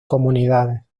comunidades